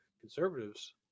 conservatives